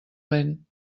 lent